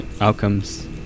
outcomes